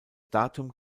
datum